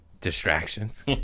distractions